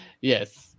yes